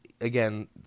Again